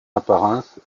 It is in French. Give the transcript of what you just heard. apparence